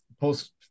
post